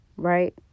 Right